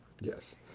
Yes